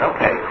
Okay